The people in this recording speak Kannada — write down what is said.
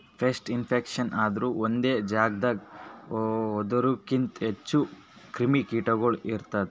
ಪೆಸ್ಟ್ ಇನ್ಸಸ್ಟೇಷನ್ಸ್ ಅಂದುರ್ ಒಂದೆ ಜಾಗದಾಗ್ ಒಂದೂರುಕಿಂತ್ ಹೆಚ್ಚ ಕ್ರಿಮಿ ಕೀಟಗೊಳ್ ಇರದು